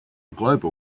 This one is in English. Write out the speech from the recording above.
globe